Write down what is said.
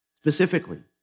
specifically